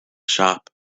shop